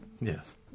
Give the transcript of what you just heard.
Yes